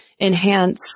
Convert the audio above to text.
enhance